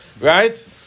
Right